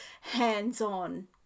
hands-on